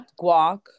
Guac